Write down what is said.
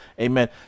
amen